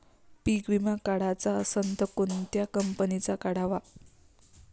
पीक विमा काढाचा असन त कोनत्या कंपनीचा काढाव?